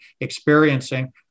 experiencing